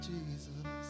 Jesus